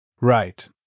Right